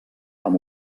amb